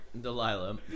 Delilah